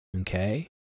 okay